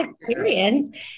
experience